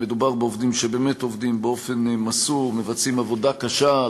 מדובר בעובדים מסורים באמת המבצעים עבודה קשה,